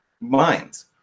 minds